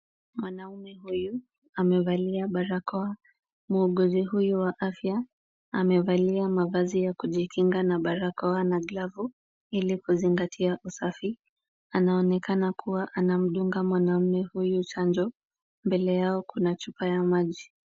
Mwanamume huyu amevalia barakoa. Muuguzi huyu wa afya amevalia mavazi ya kujikinga na barakoa na glavu ili kuzingatia usafi. Anaonekana kuwa anamdunga mwanamume huyu chanjo. Mbele yao kuna chupa ya maji.